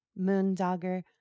Moondogger